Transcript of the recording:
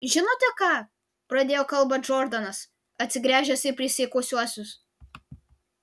žinote ką pradėjo kalbą džordanas atsigręžęs į prisiekusiuosius